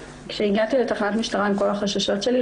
כשהגעתי לתחנת משטרה עם כל החששות שלי,